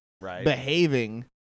behaving